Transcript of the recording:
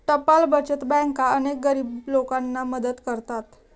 टपाल बचत बँका अनेक गरीब लोकांना मदत करतात